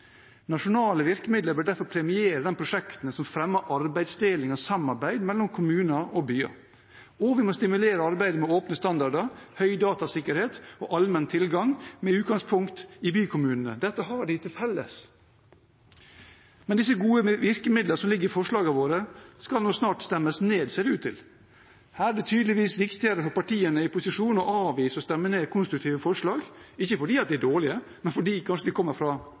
Nasjonale virkemidler bør derfor premiere de prosjektene som fremmer arbeidsdeling og samarbeid mellom kommuner og byer, og vi må stimulere arbeidet med åpne standarder, høy datasikkerhet og allmenn tilgang med utgangspunkt i bykommunene. Dette har de til felles. Men disse gode virkemidlene som ligger i forslagene våre, skal nå snart stemmes ned, ser det ut til. Her er det tydeligvis viktigere for partiene i posisjon å avvise og stemme ned konstruktive forslag – ikke fordi de er dårlige, men fordi de kanskje kommer fra